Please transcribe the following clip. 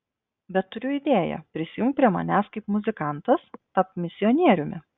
bet turiu idėją prisijunk prie manęs kaip muzikantas tapk misionieriumi